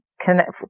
Connect